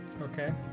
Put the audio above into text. Okay